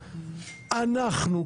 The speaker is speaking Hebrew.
אנחנו,